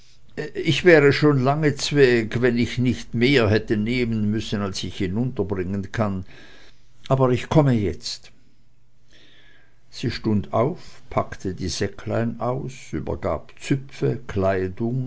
ich wäre schon lange zweg wenn ich nicht mehr hätte nehmen müssen als ich hinunterbringen kann aber ich komme jetzt sie stund auf packte die säcklein aus übergab züpfe kleidung